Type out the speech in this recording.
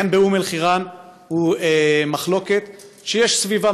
העניין באום-אלחיראן הוא מחלוקת שיש סביבה,